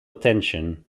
attention